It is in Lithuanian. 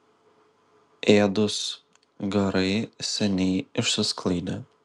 ėdūs garai seniai išsisklaidė